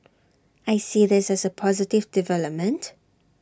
I see this as A positive development